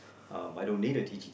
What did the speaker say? um I don't need a T_T_T